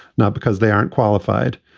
not because they aren't qualified.